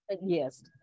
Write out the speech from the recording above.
Yes